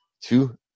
Two